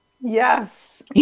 Yes